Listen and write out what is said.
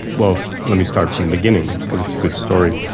well let me start from the beginning, because it's a good story.